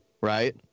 right